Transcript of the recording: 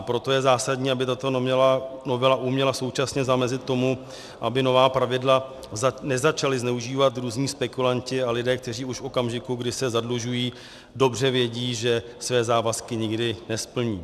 Proto je zásadní, aby tato novela uměla současně zamezit tomu, aby nová pravidla nezačali zneužívat různí spekulanti a lidé, kteří už v okamžiku, kdy se zadlužují, dobře vědí, že své závazky nikdy nesplní.